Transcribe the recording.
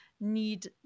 need